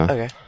Okay